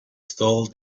stole